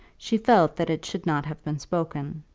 she felt that it should not have been spoken.